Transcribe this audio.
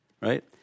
right